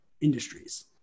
industries